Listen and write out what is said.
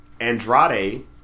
Andrade